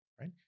right